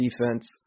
defense